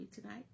tonight